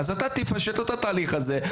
אתה תפשט את התהליך הזה,